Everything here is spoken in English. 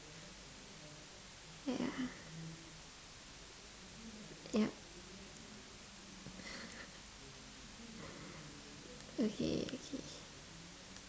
ya yup okay okay